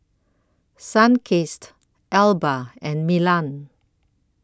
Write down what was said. Sunkist Alba and Milan